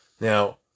Now